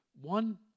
one